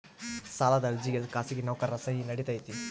ಸಾಲದ ಅರ್ಜಿಗೆ ಖಾಸಗಿ ನೌಕರರ ಸಹಿ ನಡಿತೈತಿ?